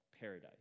paradise